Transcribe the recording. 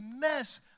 mess